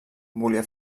volia